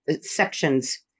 sections